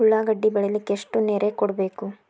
ಉಳ್ಳಾಗಡ್ಡಿ ಬೆಳಿಲಿಕ್ಕೆ ಎಷ್ಟು ನೇರ ಕೊಡಬೇಕು?